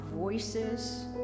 voices